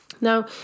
Now